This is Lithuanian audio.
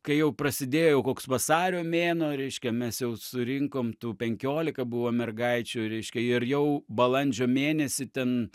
kai jau prasidėjo jau koks vasario mėnuo reiškia mes jau surinkome tų penkiolika buvo mergaičių reiškia ir jau balandžio mėnesį ten